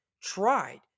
tried